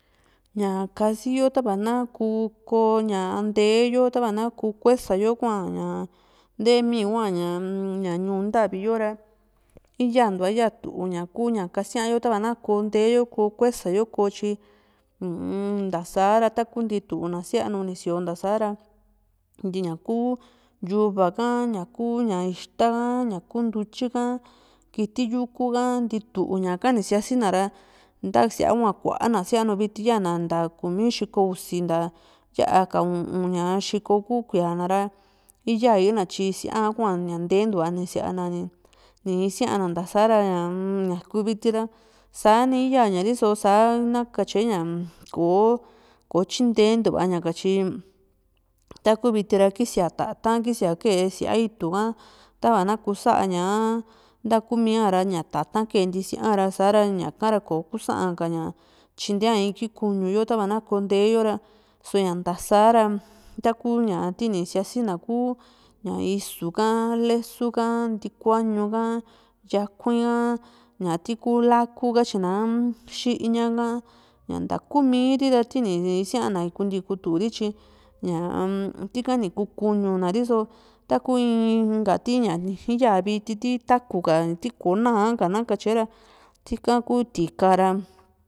ña kasiyo tava na ku koo ña nteyo tava na koo kuesa yo hua nteemi hua ñaa-m ñuu ntavi yo´ra yaantua yatu kuña kasía yotav na ku nteeyo ku ko kusa yo ku tyi uu-m ntasara taku ntituna sianu ni sío ntasara ñaku yuva ha ñaku ixta ka ñaku ntutyi ka kití yuku ka ntitu ñaka ni síasina ra ntasía hua kuana síanu viti yaana nta kumi xiko usi ntaa yaa ka u´un ña xiko ku kuíia na ra íyaa ni tyi sía hua ña nteentua nisía na ni isíana ntasara uu-m ñaku viti saani iyañari so sa na katye ña koo ko tyintentuva ña´ka tyi taku viti ra kisía tata´n kisia kee sá ítu ka tava na kusaa´ña a ntakumía ra ña tata keenti sía ra sa´ra ñahara koo kusa´a ñaka tyintea iki kuñu yo tava na ko nteeyo ra soo ña ntasara taku ti ni siasi na ku isuu ka lesuu ka ntikuañu ka yakui´in ka ñati kuu láku katyina xiña ka ña ntakumiri ra ti ni isíana ni kunti nikuturi tyi ñaa-m tika ni ku kuuñu na riso ta inka ti ya vitika ti taku ka tikoo na´a ka nakatyera tika kuu tiká ra